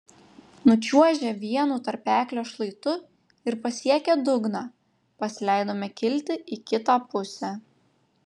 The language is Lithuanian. nučiuožę vienu tarpeklio šlaitu ir pasiekę dugną pasileidome kilti į kitą pusę